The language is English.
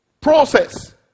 process